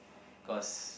cause